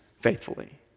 faithfully